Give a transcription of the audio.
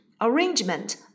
Arrangement